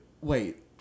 Wait